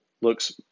looks